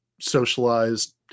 socialized